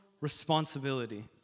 responsibility